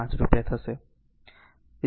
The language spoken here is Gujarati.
5 રૂપિયા થશે